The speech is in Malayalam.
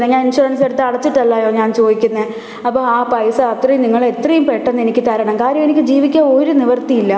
ഞാൻ ഇൻഷുറൻസ് എടുത്ത് അടച്ചിട്ടല്ലയൊ ഞാൻ ചോദിക്കുന്നത് അപ്പോൾ ആ പൈസ അത്രയും നിങ്ങൾ എത്രയും പെട്ടെന്ന് എനിക്ക് തരണം കാര്യം എനിക്ക് ജീവിക്കാൻ ഒരു നിവൃത്തിയില്ല